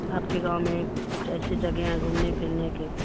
آپ کے گاؤں میں کچھ ایسی جگہیں ہیں گھومنے پھرنے کے